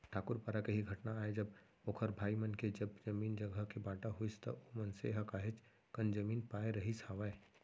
ठाकूर पारा के ही घटना आय जब ओखर भाई मन के जब जमीन जघा के बाँटा होइस त ओ मनसे ह काहेच कन जमीन पाय रहिस हावय